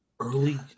Early